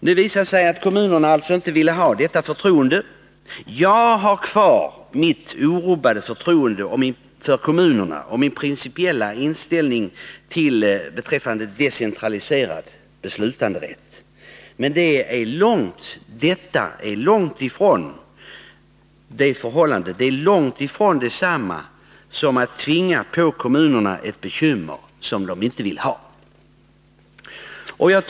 Det visade sig alltså att kommunerna inte ville ha detta förtroende. Jag har kvar mitt orubbade förtroende för kommunerna och min principiella inställning beträffande decentraliserad beslutanderätt. Men detta förhållande är långtifrån detsamma som att tvinga på kommunerna ett bekymmer som de inte vill ha.